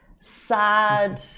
sad